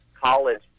college